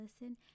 listen